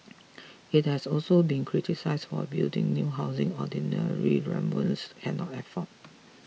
it has also been criticise for building new housing ordinary Rwandans cannot afford